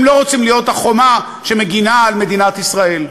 הם לא רוצים להיות החומה שמגינה על מדינת ישראל.